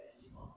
you know